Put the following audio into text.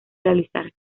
realizar